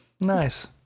Nice